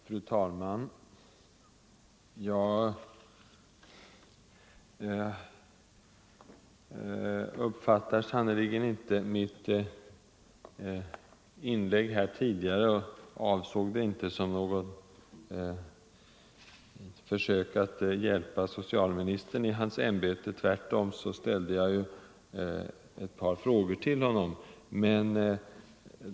Fru talman! Jag uppfattar inte — och avsåg inte — mitt tidigare inlägg som ett försök att hjälpa socialministern i hans ämbete. Tvärtom ställde jag ett par frågor till honom.